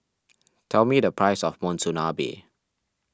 tell me the price of Monsunabe